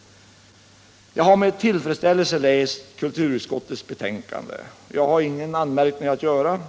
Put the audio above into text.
Jag har med tillfredsställelse läst kulturutskottets betänkande, och jag har ingen anmärkning att göra mot det.